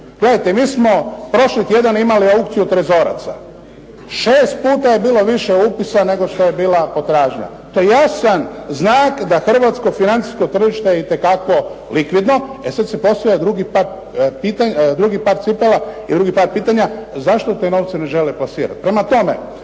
Gledajte, mi smo imali prošli tjedan imali aukciju trezoraca. 6 puta je bilo više upisa nego je bila potražnja. To je jasan znak da je hrvatsko financijsko tržište itekako likvidno. E sada se postavlja drugi par pitanja, zašto te novce ne žele plasirati?